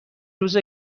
روز